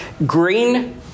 Green